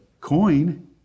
coin